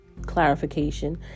clarification